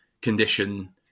condition